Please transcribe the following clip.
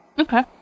Okay